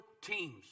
teams